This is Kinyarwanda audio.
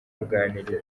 uruganiriro